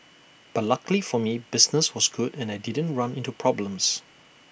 but luckily for me business was good and I didn't run into problems